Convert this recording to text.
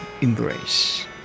embrace